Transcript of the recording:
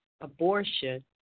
abortion